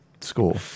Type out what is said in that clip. school